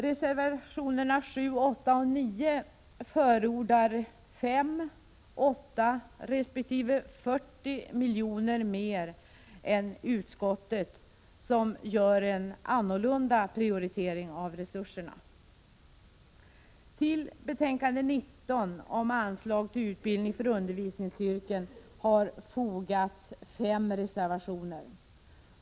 Reservationerna 7, 8 och 9 förordar 5, 8 resp. 40 milj.kr. mer än utskottet, som gör en annan prioritering av resurserna. Till betänkande 19 om anslag till utbildning för undervisningsyrke har fogats fem reservationer.